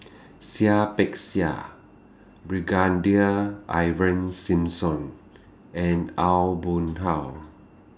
Seah Peck Seah Brigadier Ivan Simson and Aw Boon Haw